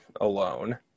alone